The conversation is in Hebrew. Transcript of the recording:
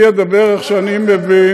אני אדבר איך שאני מבין.